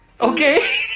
Okay